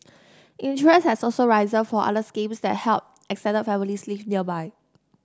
interest has also risen for other schemes that help extended families live nearby